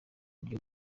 uburyo